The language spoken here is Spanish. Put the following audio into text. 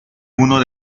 uno